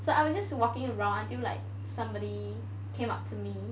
so I was just walking around until like somebody came up to me